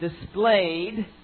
displayed